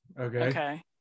Okay